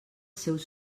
seus